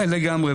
לגמרי.